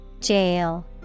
Jail